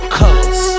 colors